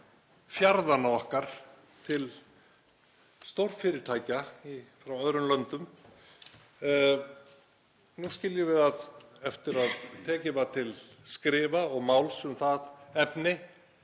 fjarðanna okkar til stórfyrirtækja frá öðrum löndum, að eftir að tekið var til skrifa og máls um það efni